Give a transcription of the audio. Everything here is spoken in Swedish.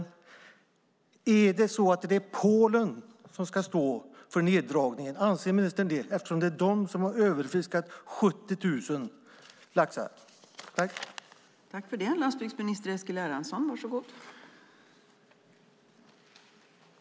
Anser ministern att det är Polen som ska stå för neddragningen eftersom det är de som har överfiskat 70 000 laxar?